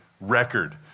record